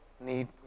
need